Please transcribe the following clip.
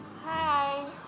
Hi